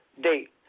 date